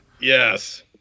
Yes